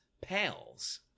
Pals